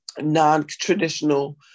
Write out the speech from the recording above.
non-traditional